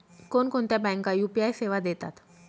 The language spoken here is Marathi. कोणकोणत्या बँका यू.पी.आय सेवा देतात?